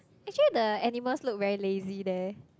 actually the animals look very lazy leh